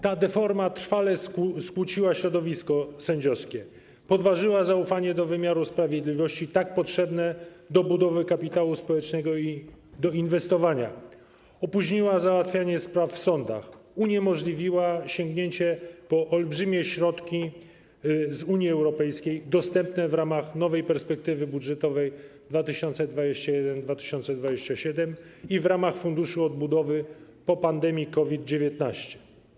Ta deforma trwale skłóciła środowisko sędziowskie, podważyła zaufanie do wymiaru sprawiedliwości, tak potrzebne do budowy kapitału społecznego i do inwestowania, opóźniła załatwianie spraw w sądach, uniemożliwiła sięgnięcie po olbrzymie środki z Unii Europejskiej dostępne w ramach nowej perspektywy budżetowej na lata 2021-2027 i w ramach Funduszu Odbudowy po pandemii COVID-19.